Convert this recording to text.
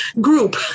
group